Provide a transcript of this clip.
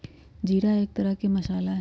जीरा एक तरह के मसाला हई